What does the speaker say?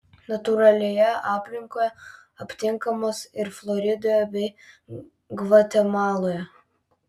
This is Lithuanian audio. natūralioje aplinkoje aptinkamos ir floridoje bei gvatemaloje